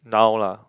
now lah